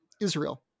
Israel